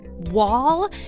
wall